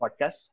Podcast